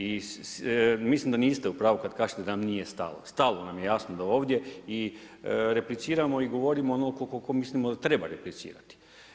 I mislim da niste u pravu kada kažete da nam nije stalo, stalo nam je jasno do ovdje i repliciramo i govorimo onoliko koliko mislimo da treba replicirati.